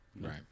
Right